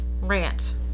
rant